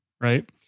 right